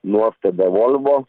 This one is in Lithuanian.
nuostabią volvo